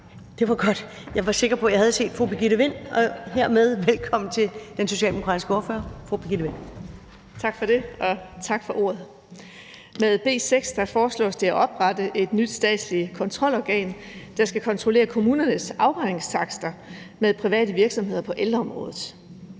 kan ordførerrækken begynde. Hermed velkommen til den socialdemokratiske ordfører, fru Birgitte Vind. Kl. 15:36 (Ordfører) Birgitte Vind (S): Tak for ordet. Med B 6 foreslås det at oprette et nyt statsligt kontrolorgan, der skal kontrollere kommunernes afregningstakster med private virksomheder på ældreområdet.